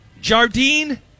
Jardine